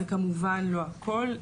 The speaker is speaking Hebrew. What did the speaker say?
זה כמובן לא הכל,